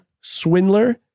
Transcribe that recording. Swindler